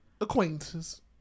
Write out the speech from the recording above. Acquaintances